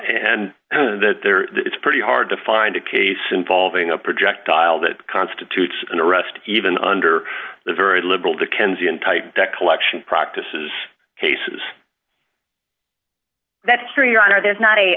and that there it's pretty hard to find a case involving a projectile that constitutes an arrest even under the very liberal dickensian type that collection practices cases that's true your honor there's not